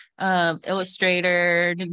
Illustrator